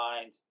mind